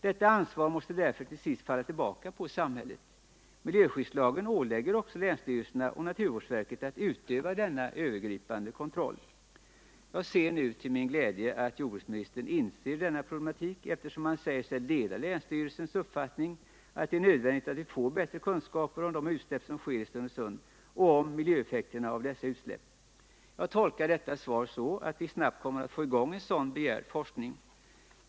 Detta ansvar måste därför till sist falla tillbaka på samhället. Miljöskyddslagen ålägger också länsstyrelserna och naturvårdsverket att utöva denna övergripande kontroll. Jag ser nu till min glädje att jordbruksministern inser denna problematik, eftersom han säger sig dela länsstyrelsens uppfattning att det är nödvändigt att vi får bättre kunskaper om de utsläpp som sker i Stenungsund och om miljöeffekterna av dessa utsläpp. Jag tolkar detta svar så att vi snabbt kommer att få i gång en sådan begärd forskning.